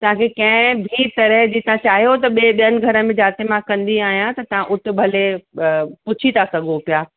तव्हांखे कंहिं बि तरह जी तव्हां चाहियो त ॿिए ॿियनि घरनि में जिते मां कंदी आहियां तव्हां उते भले पुछी था सघो पिया